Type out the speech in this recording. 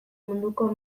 munduko